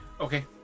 Okay